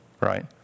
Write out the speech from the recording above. right